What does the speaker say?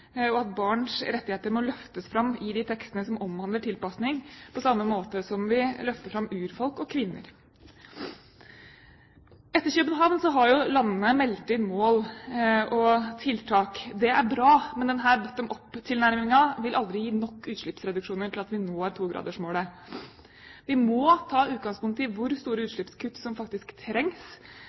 Barns rettigheter må løftes fram i de tekstene som omhandler tilpasning, på samme måte som vi løfter fram urfolk og kvinner. Etter København-toppmøtet har landene meldt inn mål og tiltak. Det er bra, men denne «bottom up»-tilnærmingen vil aldri gi nok utslippsreduksjoner til at vi når togradersmålet. Vi må ta utgangspunkt i hvor store utslippskutt som faktisk trengs